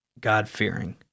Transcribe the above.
God-fearing